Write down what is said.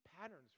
patterns